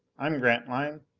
i'm grantline.